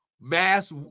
mass